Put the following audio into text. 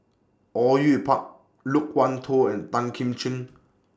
Au Yue Pak Loke Wan Tho and Tan Kim Ching